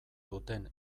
duten